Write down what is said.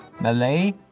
Malay